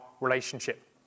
relationship